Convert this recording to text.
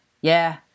Yeah